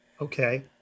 Okay